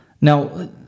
Now